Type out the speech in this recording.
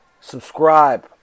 subscribe